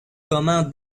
commun